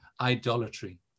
idolatry